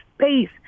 space